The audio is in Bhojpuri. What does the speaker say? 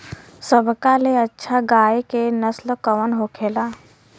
सबका ले अच्छा गाय के नस्ल कवन होखेला?